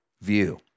view